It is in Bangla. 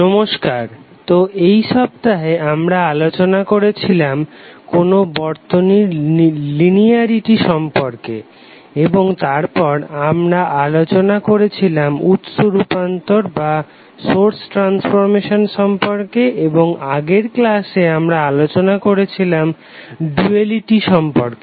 নমস্কার তো এই সপ্তাহে আমরা আলোচনা করেছিলাম কোনো বর্তনীর লিনিয়ারিটি সম্পর্কে এবং তারপর আমরা আলোচনা করেছিলাম উৎস রূপান্তর সম্পর্কে এবং আগের ক্লাসে আমরা আলোচনা করেছিলাম ডুয়ালিটি সম্পর্কে